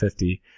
50